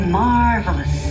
marvelous